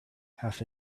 half